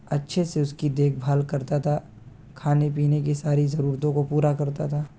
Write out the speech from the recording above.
اچھے سے اس کی دیکھ بھال کرتا تھا کھانے پینے کی ساری ضرورتوں کو پورا کرتا تھا